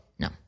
No